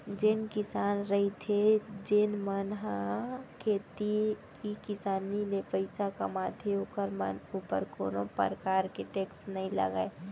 जेन किसान रहिथे जेन मन ह खेती किसानी ले पइसा कमाथे ओखर मन ऊपर कोनो परकार के टेक्स नई लगय